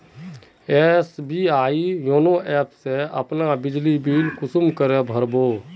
SBI YONO app से अपना बिजली बिल कुंसम करे भर बो?